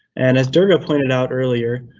and as durga pointed out earlier,